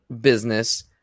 business